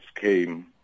came